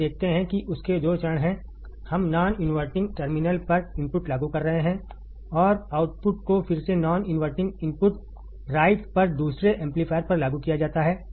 आप देखते हैं कि उसके दो चरण हैंहम नॉन इनवर्टिंग टर्मिनल पर इनपुट लागू कर रहे हैं और आउटपुट को फिर से नॉन इनवर्टिंग इनपुट राइट पर दूसरे एम्पलीफायर पर लागू किया जाता है